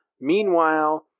Meanwhile